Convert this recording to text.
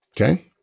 okay